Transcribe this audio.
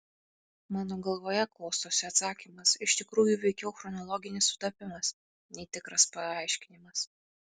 mano galvoje klostosi atsakymas iš tikrųjų veikiau chronologinis sutapimas nei tikras paaiškinimas